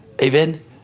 Amen